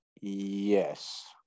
yes